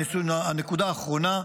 הנקודה האחרונה,